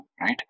right